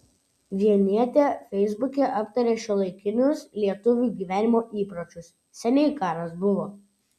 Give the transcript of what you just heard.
vilnietė feisbuke aptarė šiuolaikinius lietuvių gyvenimo įpročius seniai karas buvo